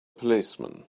policeman